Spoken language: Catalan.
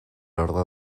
ordre